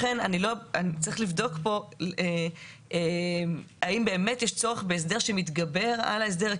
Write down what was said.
לכן צריך לבדוק פה האם באמת יש צורך בהסדר שמתגבר על ההסדר.